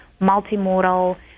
multimodal